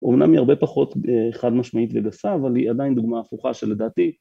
אומנם היא הרבה פחות חד משמעית וגסה, אבל היא עדיין דוגמה הפוכה שלדעתי.